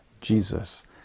jesus